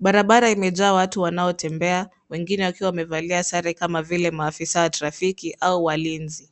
Barabara imejaa watu wanaotembea wengine wakiwa wamevalia sare kama vile maafisa wa trafiki au walinzi.